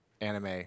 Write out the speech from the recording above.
anime